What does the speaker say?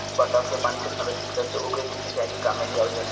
बरसात के पानी से संरक्षित करके ओके के सिंचाई के काम में लियावल जाला